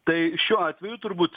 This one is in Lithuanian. tai šiuo atveju turbūt